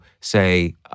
say